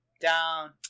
down